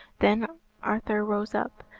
then arthur rose up,